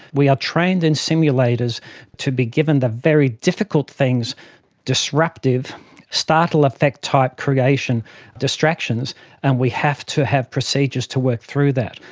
we are trained in simulators to be given the very difficult things disruptive startle effect type creation distractions and we have to do have procedures to work through that.